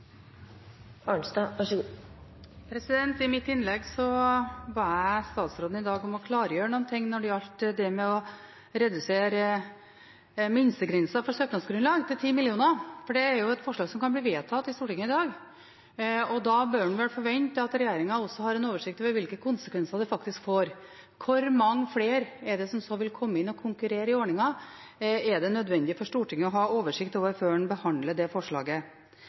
I mitt innlegg ba jeg statsråden om i dag å klargjøre noen ting når det gjaldt det med å redusere minstegrensen for søknadsgrunnlag til 10 mill. kr. Det er et forslag som kan bli vedtatt i Stortinget i dag, og da bør en vel kunne forvente at regjeringen har en oversikt over hvilke konsekvenser det faktisk får. Hvor mange flere som vil komme inn og konkurrere i ordningen, er det nødvendig for Stortinget å ha oversikt over før en behandler det forslaget.